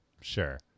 Sure